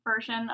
version